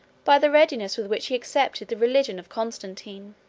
by the readiness with which he accepted the religion of constantine.